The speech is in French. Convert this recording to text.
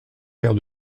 paire